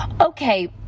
Okay